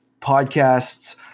podcasts